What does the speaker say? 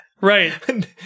Right